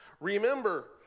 Remember